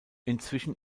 inzwischen